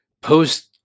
post